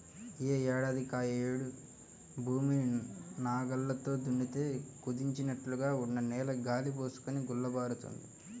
యే ఏడాదికాయేడు భూమిని నాగల్లతో దున్నితే కుదించినట్లుగా ఉన్న నేల గాలి బోసుకొని గుల్లబారుతుంది